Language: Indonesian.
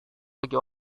bagi